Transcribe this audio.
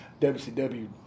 WCW